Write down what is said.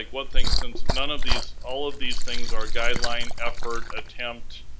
like what things since none of these, all of these things are guideline, effort, attempt.